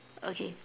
okay